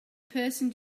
person